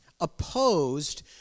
opposed